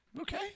Okay